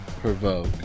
provoke